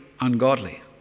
ungodly